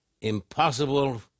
impossible